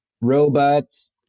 robots